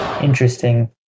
interesting